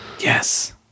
Yes